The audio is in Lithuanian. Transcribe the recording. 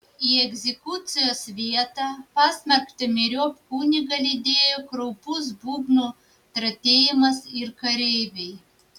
į egzekucijos vietą pasmerktą myriop kunigą lydėjo kraupus būgnų tratėjimas ir kareiviai